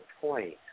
point